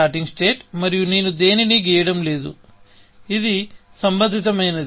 starting state మరియు నేను దేనినీ గీయడం లేదు ఇది సంబంధితమైనది